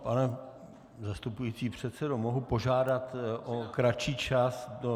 Pane zastupující předsedo, mohu požádat o kratší čas do 12 hodin?